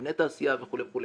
מבני תעשייה וכולי וכולי.